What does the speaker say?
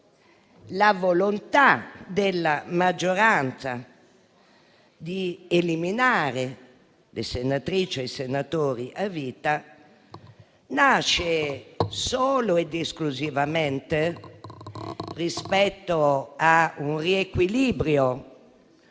la volontà della maggioranza di eliminare le senatrici e i senatori a vita nasce solo ed esclusivamente da un riequilibrio